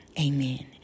Amen